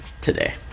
today